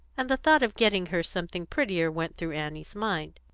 and the thought of getting her something prettier went through annie's mind.